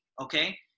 Okay